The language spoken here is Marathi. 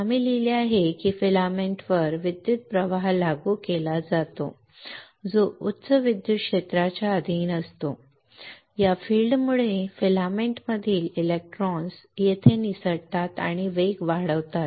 आम्ही लिहिले आहे की फिलामेंटवर विद्युत प्रवाह लागू केला जातो जो हाई विद्युत क्षेत्राच्या अधीन असतो या फील्डमुळे फिलामेंटमधील इलेक्ट्रॉन्स येथे निसटतात आणि वेग वाढवतात